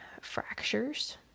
fractures